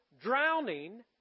drowning